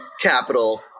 capital